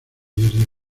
desde